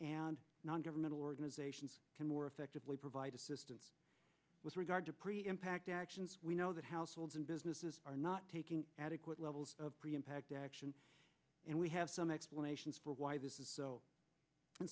and non governmental organizations can more effectively provide assistance with regard to pre impact actions we know that households and businesses are not taking adequate levels of preamp act action and we have some explanations for why this is so in